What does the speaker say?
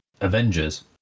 Avengers